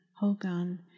Hogan